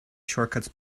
shortcuts